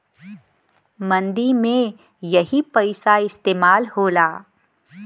मंदी में यही पइसा इस्तेमाल होला